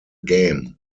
game